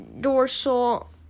Dorsal